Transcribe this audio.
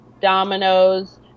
dominoes